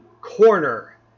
corner